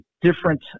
different